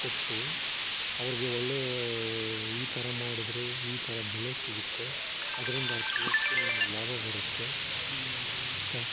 ಕೊಟ್ಟು ಅವ್ರಿಗೆ ಒಳ್ಳೇ ಈ ಥರ ಮಾಡಿದ್ರೆ ಈ ಥರ ಬೆಳೆ ಸಿಗುತ್ತೆ ಅದ್ರಿಂದಾಗಿ ಹೆಚ್ಚಿನ ಲಾಭ ಬರುತ್ತೆ ಅಂತ